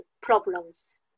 problems